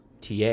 TA